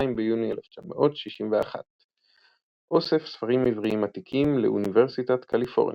2 ביוני 1961 אוסף ספרים עבריים עתיקים - לאוניברסיטת קליפורניה,